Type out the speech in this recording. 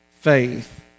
faith